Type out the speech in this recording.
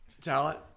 Talent